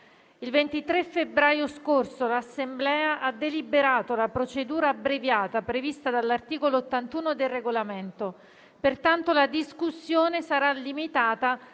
Il 23 febbraio scorso l'Assemblea ha deliberato la procedura abbreviata prevista dall'articolo 81 del Regolamento. Pertanto, la discussione sarà limitata